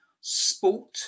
sport